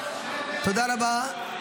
תודה רבה.